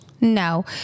No